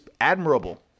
admirable